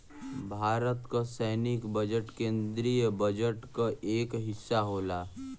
भारत क सैनिक बजट केन्द्रीय बजट क एक हिस्सा होला